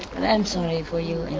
um sorry for you and